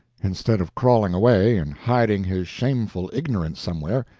instead of crawling away and hiding his shameful ignorance somewhere,